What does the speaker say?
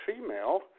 female